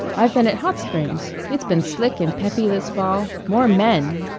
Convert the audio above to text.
i've been at hot springs. it's been slick and peppy this fall more men!